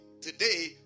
today